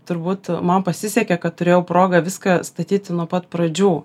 turbūt man pasisekė kad turėjau progą viską statyti nuo pat pradžių